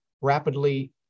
rapidly